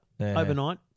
overnight